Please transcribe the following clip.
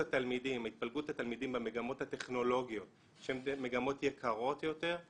התפלגות התלמידים במגמות הטכנולוגיות שהן מגמות יקרות יותר הוא